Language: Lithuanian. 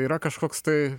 yra kažkoks tai